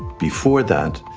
before that,